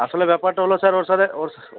আসলে ব্যাপারটা হলো স্যার ওর সাথে ও